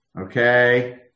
okay